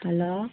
hello